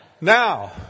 Now